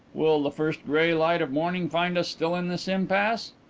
will the first grey light of morning find us still in this impasse?